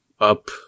up